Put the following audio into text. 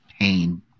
pain